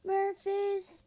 Murphy's